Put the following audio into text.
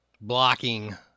blocking